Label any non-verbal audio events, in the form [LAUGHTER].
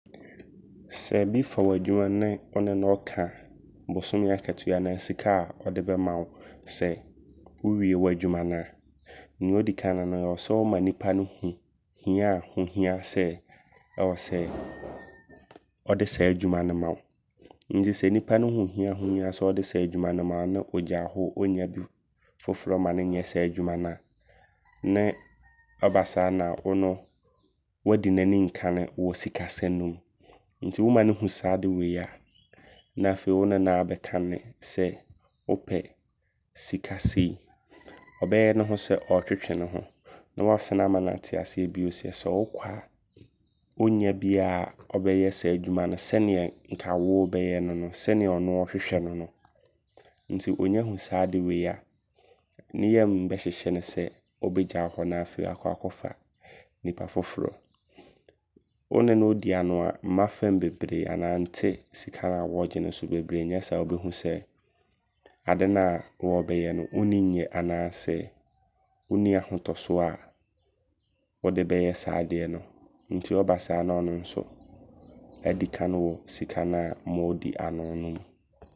Sɛ bi fa w'adwuma mu ne wo ne no ɔɔka bosome akatua anaa sika ɔde bɛma wo sɛ wowie w'adwuma no a. Nea ɔdikane no ɔwɔ sɛ woma nipa no hu hia ho hia sɛ ɛwɔ [NOISE] sɛ ɔde saa adwuma no ma wo. Nti sɛ nipa no hu hia ho hia sɛ ɔde saa adwuma no ma wo ne ɔgya hɔ oo. Ɔnya bi foforɔ mma ne nyɛ saa adwuma na ne ɔbasaa na wo no wadi n'anim kane wɔ sikasɛm no mu. Nti woma no hu saa ade wei a afei wo ne no abɛka ne sɛ wopɛ sika sei. Ɔbɛyɛ ne ho sɛ ɔɔtwetwe ne ho. Ne wasane ama na te aseɛ bio sɛ sɛ wokɔ ɔnnya biaa ɔbɛyɛ saa adwuma no sɛneɛ nka wo wobɛyɛ no no. Sɛneɛ ɔno ɔɔhwehwɛ no no nti ɔnya hu saa wei a ne yam bɛhyehyɛ ne sɛ ɔbɛgya wo hɔ na afei akɔ akɔfa nipa foforɔ. Wone no ɔɔdi ano a mma fam bebree anaa nte sika na wɔɔgye no so bebree nyɛ saa ɔbɛhu sɛ, ade na wɔɔbɛyɛ no wonnim yɛ. Anaasɛ wonni ahotosoɔ a wode bɛyɛ saa adeɛ no. Nti ɔbasaa na ɔno nso adikane wɔ sika na moodi ano no mu.